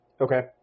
okay